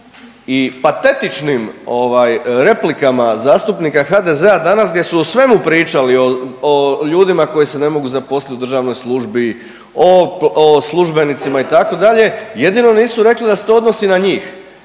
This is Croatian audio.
i patetičnim ovaj replikama zastupnika HDZ-a danas gdje su o svemu pričali, o ljudima koji se ne mogu zaposliti u državnoj službi, a službenicima, itd., jedino nisu rekli da se to odnosi na njih